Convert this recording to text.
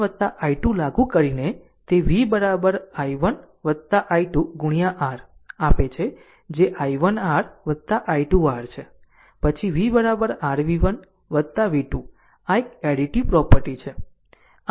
i1 i2 લાગુ કરીને તે v i1 i2 R આપે છે જે i1 r i2 R છે પછી v r v1 v2 આ એક એડીટીવ પ્રોપર્ટી છે